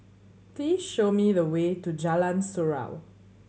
please show me the way to Jalan Surau